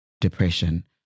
depression